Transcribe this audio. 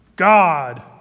God